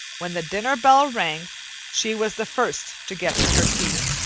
when the dinner bell rang she was the first to get to her seat.